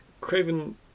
Craven